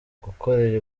gukorera